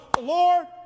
Lord